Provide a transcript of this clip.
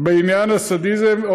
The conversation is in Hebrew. בעניין הסדיזם,